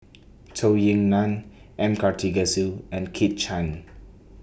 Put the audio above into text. Zhou Ying NAN M Karthigesu and Kit Chan